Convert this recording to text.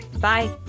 Bye